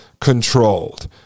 controlled